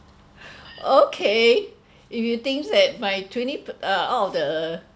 okay if you think that my twenty per uh out of the